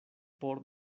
por